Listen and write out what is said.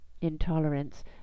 intolerance